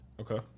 okay